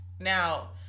Now